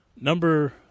number